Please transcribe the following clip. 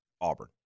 Auburn